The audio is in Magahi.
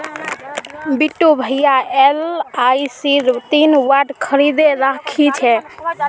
बिट्टू भाया एलआईसीर तीन बॉन्ड खरीदे राखिल छ